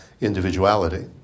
individuality